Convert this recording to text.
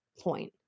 point